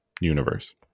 universe